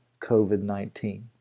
COVID-19